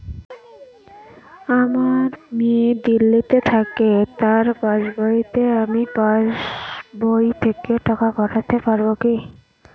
আমার মেয়ে দিল্লীতে থাকে তার পাসবইতে আমি পাসবই থেকে টাকা পাঠাতে পারব কি?